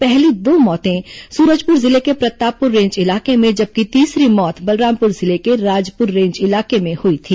पहली दो मौतें सूरजपुर जिले के प्रतापपुर रेंज इलाके में जबकि तीसरी मौत बलरामपुर जिले के राजपुर रेंज इलाके में हुई थी